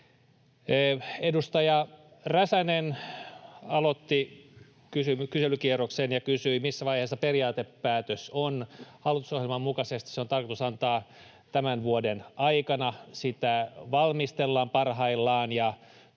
Edustaja Räsänen aloitti kyselykierrokseen ja kysyi, missä vaiheessa periaatepäätös on. Hallitusohjelman mukaisesti se on tarkoitus antaa tämän vuoden aikana. Sitä valmistellaan parhaillaan